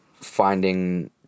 finding